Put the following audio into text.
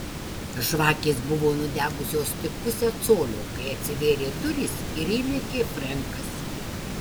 žvakės buvo nudegusios tik pusę colio kai atsivėrė durys ir įlėkė frenkas